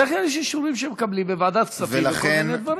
בדרך כלל יש אישורים שמקבלים בוועדת כספים לכל מיני דברים.